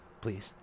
please